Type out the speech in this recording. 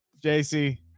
JC